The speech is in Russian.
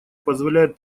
позволяет